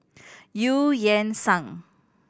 Eu Yan Sang